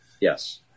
yes